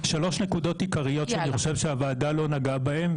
שאני חושב שהוועדה לא נגעה בהן,